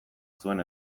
zuen